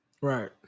Right